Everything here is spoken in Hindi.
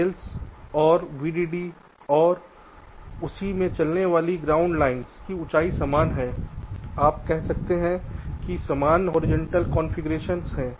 सेल्स और VDD और उसी में चलने वाली ग्राउंड गाइड लाइन्स की ऊंचाई समान है आप कह सकते हैं कि समान होरिजेंटल कॉन्फ़िगरेशन है